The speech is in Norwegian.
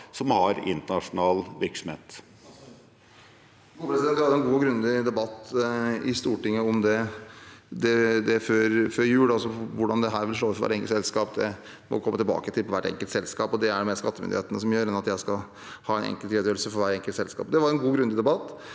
som har internasjonal virksomhet?